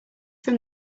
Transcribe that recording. from